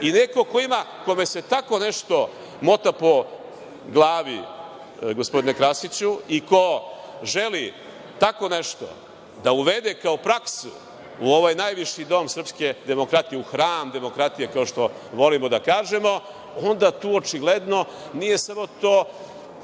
i neko kome se tako nešto mota po glavi, gospodine Krasiću, i ko želi tako nešto da uvede kao praksu, u ovaj najviši dom srpske demokratije u hram demokratije, kao što volimo da kažemo, onda tu očigledno nije samo to